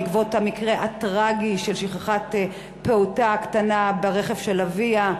בעקבות המקרה הטרגי של שכחת פעוטה קטנה ברכב של אביה,